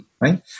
right